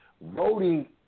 Voting